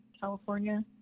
California